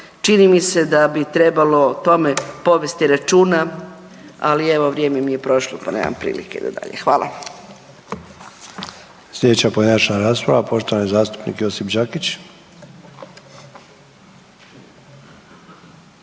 čini mi se da bi trebalo o tome povesti računa, ali evo vrijeme mi je prošlo pa nema prilike za dalje. Hvala. **Sanader, Ante (HDZ)** Slijedeća pojedinačna rasprava poštovani zastupnik Josip Đakić.